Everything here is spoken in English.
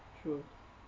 true